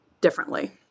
differently